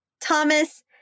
Thomas